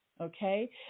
okay